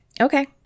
Okay